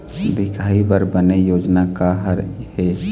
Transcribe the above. दिखाही बर बने योजना का हर हे?